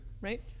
Right